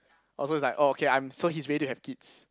although it's like orh okay I'm so he's ready to have kids